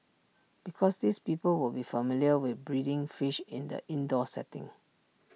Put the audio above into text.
because these people will be familiar with breeding fish in the indoor setting